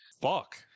Fuck